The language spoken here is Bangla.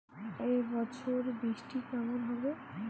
এবছর বৃষ্টি কেমন হবে?